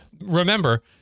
remember